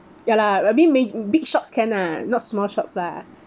ya lah maybe may~ big shops can lah not small shops lah